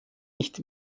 nicht